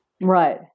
Right